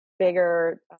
bigger